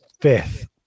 fifth